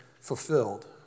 fulfilled